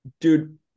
Dude